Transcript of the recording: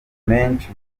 menshi